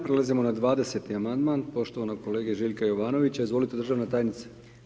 Prelazimo na 20. amandman poštovanog kolega Željka Jovanovića, izvolite, državna tajnice.